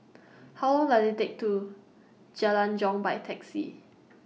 How Long Does IT Take to Jalan Jong By Taxi